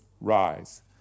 Rise